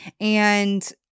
and-